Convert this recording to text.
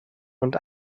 und